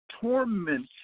torment